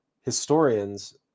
historians